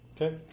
Okay